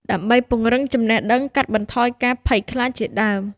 ដើម្បីពង្រឹងចំណេះដឹង កាត់បន្ថយការភ័យខ្លាចជាដើម។